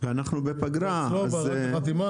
זה אצלו כבר לחתימה?